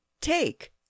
Take